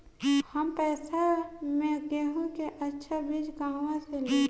कम पैसा में गेहूं के अच्छा बिज कहवा से ली?